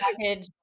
package